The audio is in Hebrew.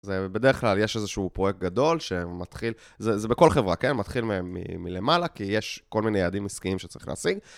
בדרך כלל יש איזשהו פרויקט גדול שמתחיל, זה בכל חברה, מתחיל מלמעלה כי יש כל מיני יעדים עסקיים שצריך להשיג.